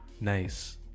Nice